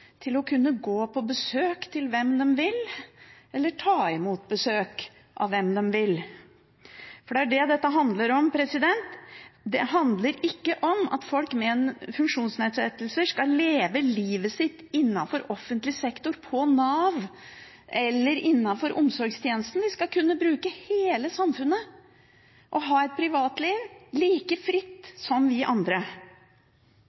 til å kunne gå på besøk til hvem de vil, eller ta imot besøk av hvem de vil. Det er det dette handler om. Det handler ikke om at folk med funksjonsnedsettelser skal leve livet sitt innenfor offentlig sektor, på Nav eller innenfor omsorgstjenesten. De skal kunne bruke hele samfunnet og ha et privatliv, like fritt